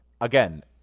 again